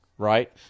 Right